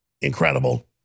incredible